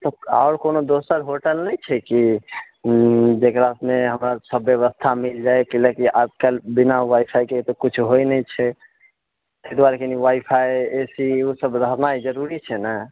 आओर कोनो दोसर होटल नहि छै कि जेकरा सङगे हमरा सभ व्यवस्था मिलि जाइत की लै कि आजकल बिना वाइ फाइ के तऽ कुछ होइत नहि छै एहि दुआरे कनि वाइ फाइ ए सी ओसभ रहनाइ जरूरी छै नहि